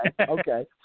okay